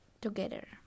together